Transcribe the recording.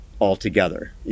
altogether